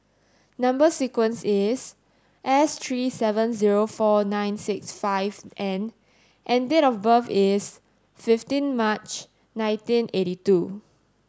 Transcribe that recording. number sequence is S three seven zero four nine six five N and date of birth is fifteen March nineteen eight two